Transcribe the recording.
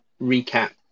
recap